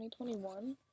2021